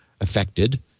affected